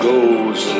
Goes